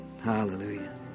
Hallelujah